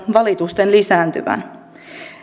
valitusten postipalveluista lisääntyvän